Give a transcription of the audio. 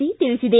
C ತಿಳಿಸಿದೆ